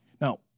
Now